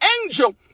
angel